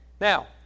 Now